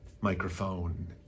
microphone